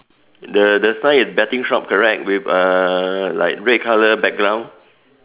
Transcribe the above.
the the sign is betting shop correct with uh like red colour background